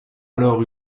alors